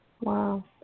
Wow